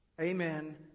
Amen